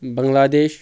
Bangladesh